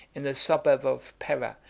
in the suburb of pera,